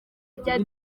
rya